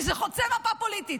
כי זה חוצה מפה פוליטית.